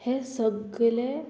हे सगले